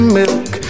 milk